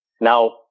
Now